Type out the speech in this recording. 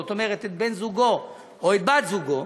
זאת אומרת את בן-זוגו או את בת-זוגו,